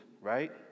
right